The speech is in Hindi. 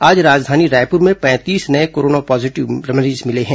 आज राजधानी रायपुर में पैंतीस नये कोरोना पॉजीटिव मरीज मिले हैं